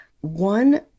One